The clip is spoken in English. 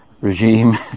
regime